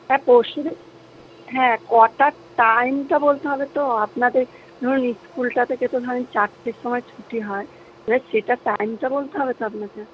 হ্যাঁ পরশুদিন হ্যাঁ কটার টাইমটা বলতে হবে তো আপনাদের স্কুলটা থেকে তো ধরুন চারটের সময় ছুটি হয় এবার সেটার টাইমটা বলতে হবে তো আপনাকে